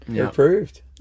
Approved